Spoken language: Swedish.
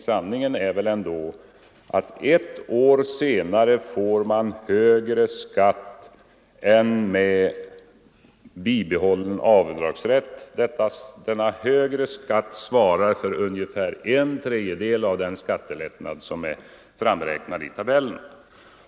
Sanningen är väl ändå att ett år senare får man högre skatt än med bibehållen avdragsrätt. Denna högre skatt svarar för ungefär en tredjedel av den skattelättnad som är framräknad i tabellerna.